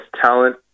talent